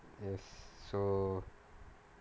yes so